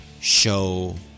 show